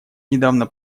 недавно